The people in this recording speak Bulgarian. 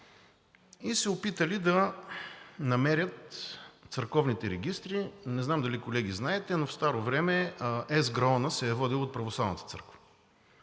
и се опитали да намерят църковните регистри. Не знам, колеги, дали знаете, но в старо време ЕСГРАОН се е водел от Православната църква.